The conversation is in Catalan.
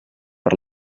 per